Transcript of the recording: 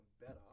better